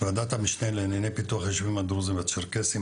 וועדת המשנה לענייני פיתוח היישובים הדרוזים והצ'רקסים,